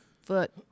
foot